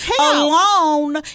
alone